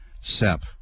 SEP